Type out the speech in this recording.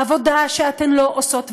העבודה שאתן לא עושות ועושים.